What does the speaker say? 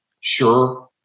sure